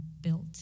built